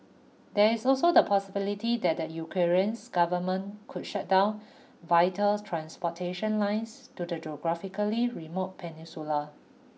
there is also the possibility that the Ukrainians government could shut down vital transportation lines to the geographically remote peninsula